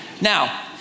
Now